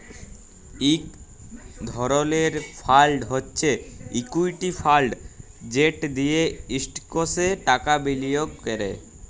ইক ধরলের ফাল্ড হছে ইকুইটি ফাল্ড যেট দিঁয়ে ইস্টকসে টাকা বিলিয়গ ক্যরে